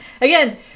again